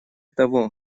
того